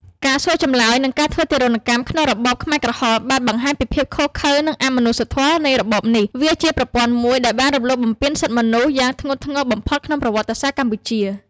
ការសួរចម្លើយនិងការធ្វើទារុណកម្មក្នុងរបបខ្មែរក្រហមបានបង្ហាញពីភាពឃោរឃៅនិងអមនុស្សធម៌នៃរបបនេះ។ វាជាប្រព័ន្ធមួយដែលបានរំលោភបំពានសិទ្ធិមនុស្សយ៉ាងធ្ងន់ធ្ងរបំផុតក្នុងប្រវត្តិសាស្ត្រកម្ពុជា។